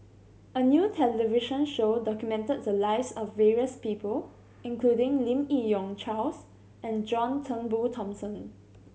a new television show documented the lives of various people including Lim Yi Yong Charles and John Turnbull Thomson